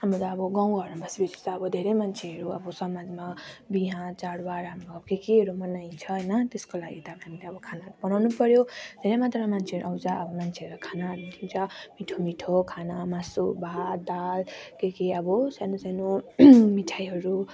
हाम्रो त अब गाउँघरमा बसे पछि त अब धेरै मान्छेहरू अब समाजमा बिहा चाडबाड हाम्रो के केहरू मनाइन्छ होइन त्यसको लागि त अब हामीले अब खानाहरू बनाउनु पर्यो धेरै मात्रमा मान्छेहरू आउँछ अब मान्छेहरू खाना दिन्छ मिठो मिठो खाना मासु भात दाल के के अब सानो सानो मिठाईहरू